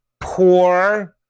poor